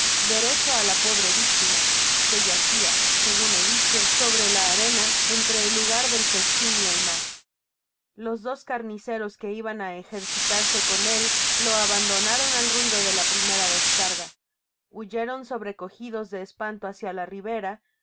derecho á la pobre victima que yacia segun he dicho sobre la arena entre el'lugar del festin y el mar los dos carniceros que iban á ejercitarse con él lo abandonaron al ruido de la primera descarga huyeron sobrecogidos de espanto hácia la ribera y